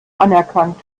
anerkannt